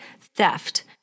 theft